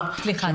מה